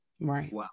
Right